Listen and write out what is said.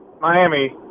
Miami